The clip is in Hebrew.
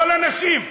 כל הנשים,